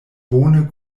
bone